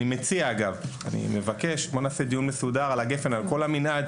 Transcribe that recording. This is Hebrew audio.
אני מבקש: בואו נעשה דיון מסודר על כל המנעד של הגפ"ן.